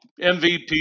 MVP